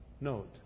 note